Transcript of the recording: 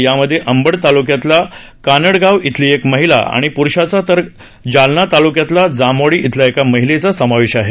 यामध्ये अंबड ताल्क्यातल्या कानडगाव इथली एक महिला आणि प्रुषाचा तर जालना तालुक्यातल्या जामवाडी इथल्या एका महिलेचा समावेश आहे